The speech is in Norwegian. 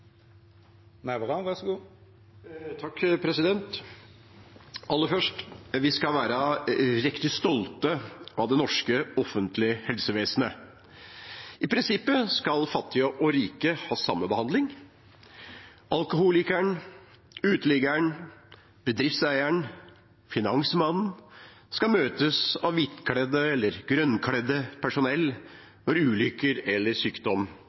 norske offentlige helsevesenet. I prinsippet skal fattige og rike ha samme behandling. Alkoholikeren, uteliggeren, bedriftseieren og finansmannen skal møtes av hvitkledd eller grønnkledd personell når ulykker eller sykdom